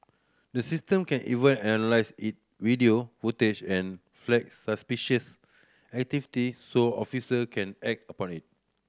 the system can even analyse it video footage and flag suspicious activity so officer can act upon it